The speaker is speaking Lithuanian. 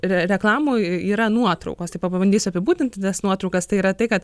reklamoj yra nuotraukos tai pabandysiu apibūdinti nes nuotraukas tai yra tai kad